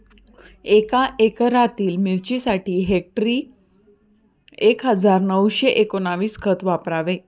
एका एकरातील मिरचीसाठी हेक्टरी एक हजार नऊशे एकोणवीस खत वापरावे